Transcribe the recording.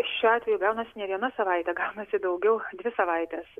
šiuo atveju gaunasi ne viena savaitė gaunasi daugiau dvi savaitės